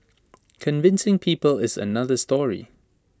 convincing people is another story